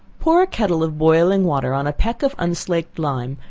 pour a kettle of boiling water on a peck of unslaked lime,